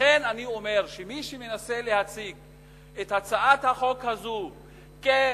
לכן אני אומר שמי שמנסה להציג את הצעת החוק הזאת כשיפור,